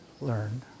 Learned